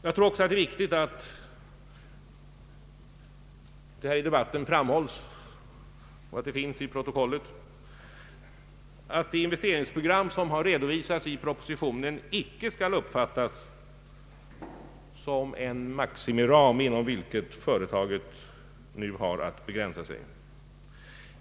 Det är också viktigt att i debatten framhålla och att det finns i protokollet, att det investeringsprogram som har redovisats i propositionen icke skall uppfattas som en maximiram inom vilken företaget har att begränsa sig.